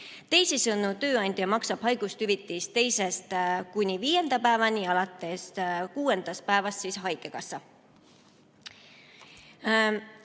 Teisisõnu, tööandja maksab haigushüvitist teisest kuni viienda päevani ja alates kuuendast päevast [maksab] haigekassa.